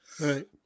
right